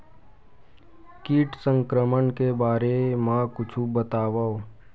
कीट संक्रमण के बारे म कुछु बतावव?